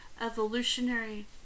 evolutionary